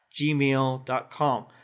gmail.com